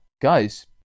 guys